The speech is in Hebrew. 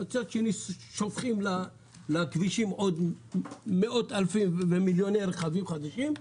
ומצד שני שופכים לכבישים עוד מאות אלפי ומיליוני רכבים חדשים,